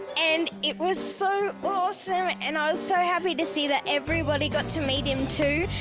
and it was so awesome and i was so happy to see that everybody got to meet him too.